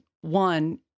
One